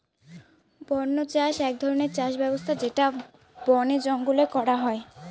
বন্য চাষ এক ধরনের চাষ ব্যবস্থা যেটা বনে জঙ্গলে করা হয়